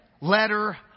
letter